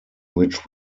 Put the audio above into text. which